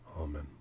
Amen